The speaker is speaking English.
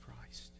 Christ